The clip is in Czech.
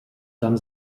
tam